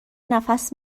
نفس